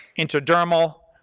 intradermal,